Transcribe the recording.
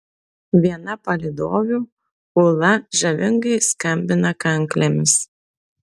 viena palydovių ula žavingai skambina kanklėmis